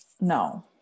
No